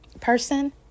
person